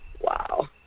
Wow